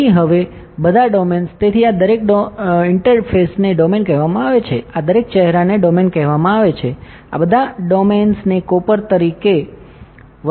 તેથી હવે બધા ડોમેન્સ તેથી આ દરેક ઇન્ટરફેસને ડોમેન કહેવામાં આવે છે આ દરેક ચહેરાને ડોમેન કહેવામાં આવે છે બધા ડોમેન્સને કોપર તરીકે વસ્તુ સોંપવામાં આવી છે